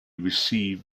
receive